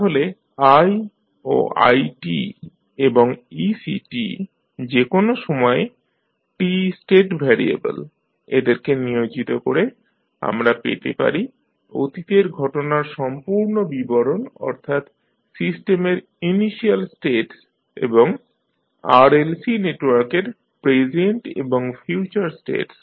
তাহলে i ও i এবং ectযে কোনো সময়ে t স্টেট ভ্যারিয়েবেল এদেরকে নিয়োজিত করে আমরা পেতে পারি অতীতের ঘটনার সম্পূর্ণ বিবরণ অর্থাৎ সিস্টেমের ইনিশিয়াল স্টেটস এবং RLC নেটওয়ার্কের প্রেজেন্ট এবং ফিউচার স্টেটস